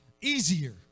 easier